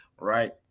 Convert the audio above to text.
Right